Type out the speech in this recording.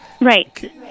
Right